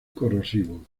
corrosivo